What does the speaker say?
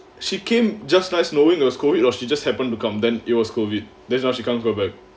she came just nice knowing it was COVID or she just happened to come then it was COVID then now she can't go back